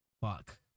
Fuck